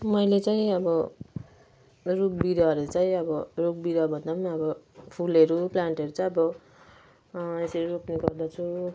मैले चाहिँ अब रुखबिरुवाहरू चाहिँ अब रुखबिरुवाभन्दा पनि अब फुलहेरू प्लान्टहेरू चाहिँ अब यसरी रोप्ने गर्दछु